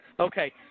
Okay